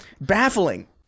baffling